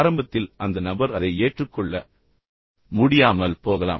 ஆரம்பத்தில் அந்த நபர் அதை ஏற்றுக்கொள்ள முடியாமல் போகலாம்